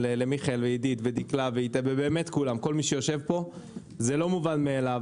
למיכאל ולעידית ולדקלה - זה לא מובן מאליו